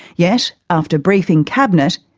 yet, after briefing cabinet,